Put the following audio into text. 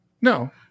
No